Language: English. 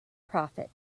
profit